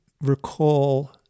recall